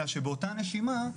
אלא שבאותה נשימה,